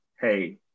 Hey